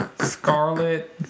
Scarlet